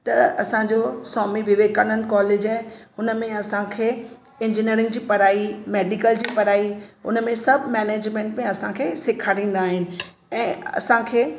त असांजो स्वामी विवेकानंद कॉलेज आहे उनमें असांखे इंजीनिअरिंग जी पढ़ाई मेडिकल जी पढ़ाई उनमें सभु मैनेजमेंट में असांखे सेखारींदा आहिनि ऐं असांखे